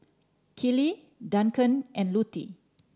Kellee Duncan and Lutie